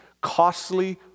costly